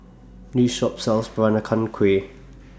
This Shop sells Peranakan Kueh